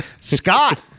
Scott